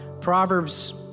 Proverbs